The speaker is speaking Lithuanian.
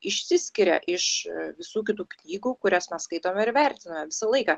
išsiskiria iš visų kitų knygų kurias skaitome ir vertiname visą laiką